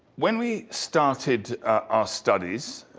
when we started our studies,